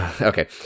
Okay